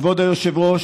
כבוד היושב-ראש,